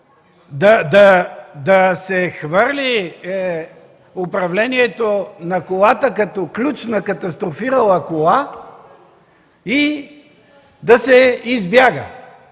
да се хвърли управлението на колата, като ключ на катастрофирала кола и да се избяга